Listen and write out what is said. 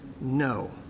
no